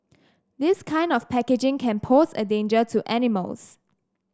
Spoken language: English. this kind of packaging can pose a danger to animals